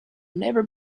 never